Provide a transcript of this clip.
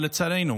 אבל לצערנו,